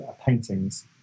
paintings